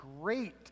great